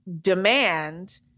demand